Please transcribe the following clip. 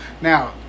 Now